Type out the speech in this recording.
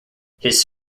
his